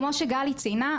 כמו שגלי ציינה,